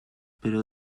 pero